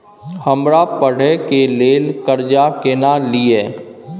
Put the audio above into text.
हमरा पढ़े के लेल कर्जा केना लिए?